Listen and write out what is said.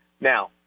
Now